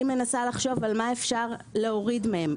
אני מנסה לחשוב מה אפשר להוריד מהם,